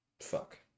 Fuck